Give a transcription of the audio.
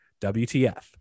WTF